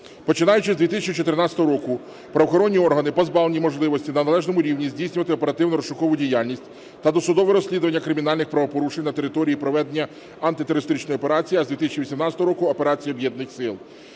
Починаючи з 2014 року правоохоронні органи позбавлені можливості на належному рівні здійснювати оперативно-розшукову діяльність та досудове розслідування кримінальних правопорушень на території проведення Антитерористичної операції, а з 2018 року – операції Об'єднаних сил.